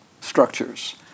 structures